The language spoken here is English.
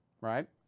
right